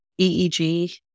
EEG